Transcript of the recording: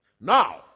Now